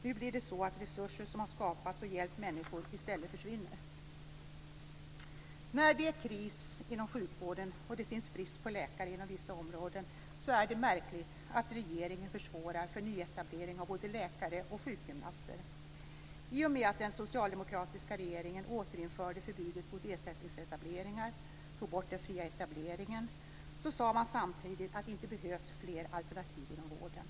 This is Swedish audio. Nu försvinner i stället resurser som har skapats och som har hjälpt människor. När det är kris inom sjukvården och råder brist på läkare inom vissa områden är det märkligt att regeringen försvårar för nyetablering av både läkare och sjukgymnaster. I och med att den socialdemokratiska regeringen återinförde förbudet mot ersättningsetableringar och tog bort den fria etableringen sade man samtidigt att det inte behövs fler alternativ inom vården.